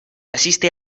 asiste